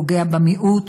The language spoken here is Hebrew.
פוגע במיעוט,